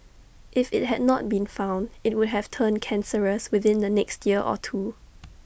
if IT had not been found IT would have turned cancerous within the next year or two